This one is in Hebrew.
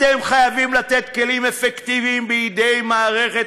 אתם חייבים לתת כלים אפקטיביים בידי מערכת